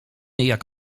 jak